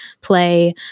play